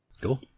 Cool